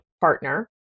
partner